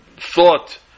thought